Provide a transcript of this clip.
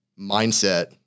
mindset